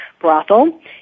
Brothel